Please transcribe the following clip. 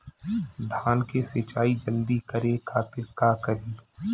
धान के सिंचाई जल्दी करे खातिर का करी?